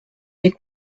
des